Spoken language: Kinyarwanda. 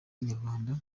inyarwanda